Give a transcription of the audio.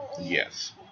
Yes